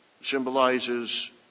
symbolizes